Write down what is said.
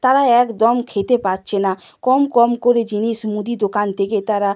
তারা একদম খেতে পাচ্ছে না কম কম করে জিনিস মুদি দোকান থেকে তারা